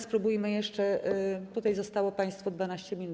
Spróbujmy jeszcze, tutaj zostało państwu 12 minut.